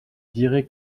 dirai